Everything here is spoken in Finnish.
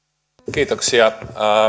kiitoksia